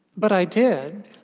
but i did.